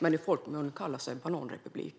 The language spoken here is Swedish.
I folkmun kallas det bananrepublik.